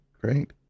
Great